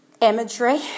imagery